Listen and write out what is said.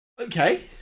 Okay